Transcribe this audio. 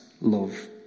love